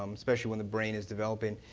um especially when the brain is developing.